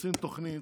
שעושים תוכנית,